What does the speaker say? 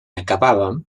acabàvem